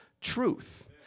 truth